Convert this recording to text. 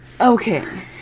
Okay